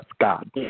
God